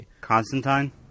Constantine